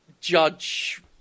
Judge